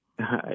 hi